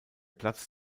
platz